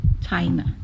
China